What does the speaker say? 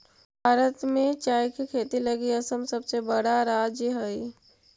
भारत में चाय के खेती लगी असम सबसे बड़ा राज्य हइ